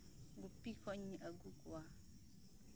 ᱜᱩᱯᱤ ᱠᱷᱚᱱᱤᱧ ᱟᱹᱜᱩ ᱠᱚᱣᱟ